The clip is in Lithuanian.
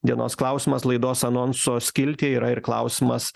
dienos klausimas laidos anonso skiltyje yra ir klausimas